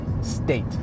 state